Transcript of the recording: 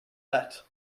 that